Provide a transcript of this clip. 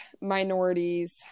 minorities